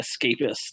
escapist